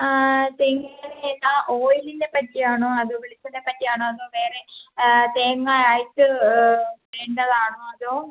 ആ തേങ്ങേനിന്ന് ഓയിൽനേപ്പറ്റിയാണോ അതോ വെളിച്ചെണ്ണയെപ്പറ്റിയാണോ അതോ വേറെ തേങ്ങ ആയിട്ട് വേണ്ടതാണോ അതോ